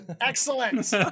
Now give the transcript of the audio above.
Excellent